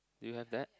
do you have that